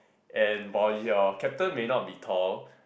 and while your captain may not be tall